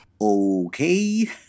Okay